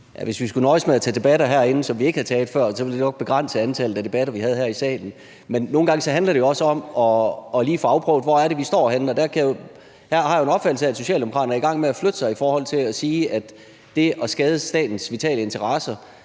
Hvis vi skulle nøjes med at tage debatter herinde, som vi ikke har taget før, så vil det vi nok begrænse antallet af debatter, vi har her i salen. Men nogle gange handler det jo også om lige at få afprøvet, hvor det er, vi står henne. Og der har jeg en opfattelse af, at Socialdemokratiet er i gang med flytte sig i forhold til at sige, at det at skade statens vitale interesser